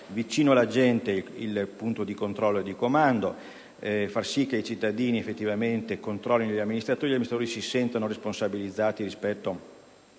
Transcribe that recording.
vicino alla gente il punto di controllo e di comando, è far sì che i cittadini effettivamente controllino gli amministratori e questi si sentano responsabilizzati di fronte alla